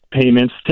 payments